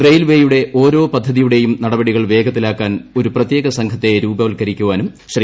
റെയിൽവേയുടെ ഓരോ പദ്ധതിയുടെയും നടപടികൾ വേഗത്തിലാക്കാൻ ഒരു പ്രത്യേക സംഘത്തെ രൂപീകരിക്കാനും ശ്രീ